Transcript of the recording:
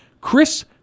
Chris